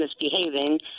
misbehaving